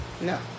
no